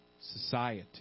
society